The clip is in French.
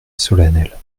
solennelle